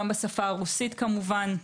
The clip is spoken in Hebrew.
גם בשפה הרוסית כמובן,